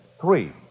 Three